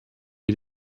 wir